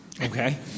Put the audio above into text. Okay